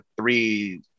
three